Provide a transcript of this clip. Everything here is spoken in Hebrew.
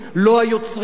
לא המשוררים,